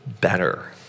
better